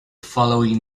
following